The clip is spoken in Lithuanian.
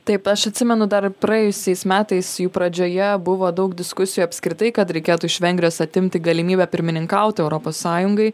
taip aš atsimenu dar praėjusiais metais jų pradžioje buvo daug diskusijų apskritai kad reikėtų iš vengrijos atimti galimybę pirmininkauti europos sąjungai